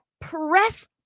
press